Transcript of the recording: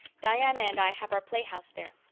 diana and i have our playhouse there.